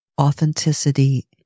authenticity